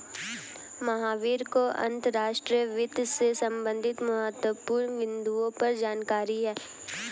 महावीर को अंतर्राष्ट्रीय वित्त से संबंधित महत्वपूर्ण बिन्दुओं पर जानकारी है